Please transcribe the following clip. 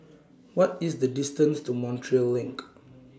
What IS The distance to Montreal LINK